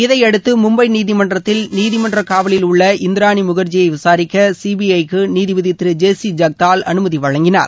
இதையடுத்து மும்பை நீதிமன்றத்தில் நீதிமன்றக் காவலில் உள்ள இந்தியரானி முகர்ஜியை விசாரிக்க சிபிஐ க்கு நீதிபதி திரு ஜே சி ஜக்தால் அனுமதி வழங்கினார்